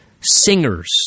singers